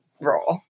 role